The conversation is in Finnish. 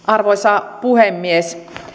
arvoisa puhemies